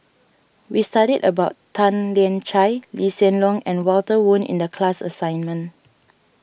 we studied about Tan Lian Chye Lee Hsien Loong and Walter Woon in the class assignment